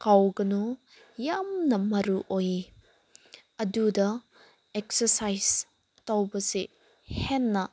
ꯀꯥꯎꯒꯅꯨ ꯌꯥꯝꯅ ꯃꯔꯨ ꯑꯣꯏ ꯑꯗꯨꯗ ꯑꯦꯛꯁꯔꯁꯥꯏꯁ ꯇꯧꯕꯁꯦ ꯍꯦꯟꯅ